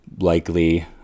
likely